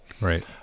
Right